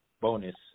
bonus